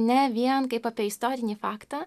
ne vien kaip apie istorinį faktą